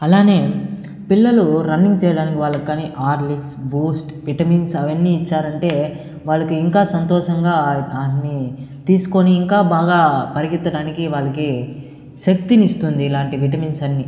అలానే పిల్లలు రన్నింగ్ చేయడానికి వాళ్ళక్కానీ ఆర్లీక్స్ బూస్ట్ విటమిన్స్ అవన్నీ ఇచ్చారంటే వాళ్ళకి ఇంకా సంతోషంగా వాటిని తీస్కొని ఇంకా బాగా పరిగెత్తడానికి వాళ్ళకి శక్తినిస్తుంది ఇలాంటి విటమిన్స్ అన్నీ